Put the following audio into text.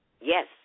Yes